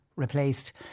replaced